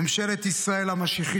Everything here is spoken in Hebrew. ממשלת ישראל המשיחית,